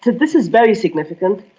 this is very significant,